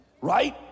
right